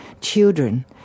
children